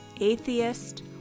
atheist